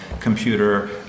computer